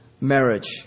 marriage